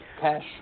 cash